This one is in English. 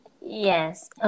Yes